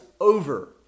over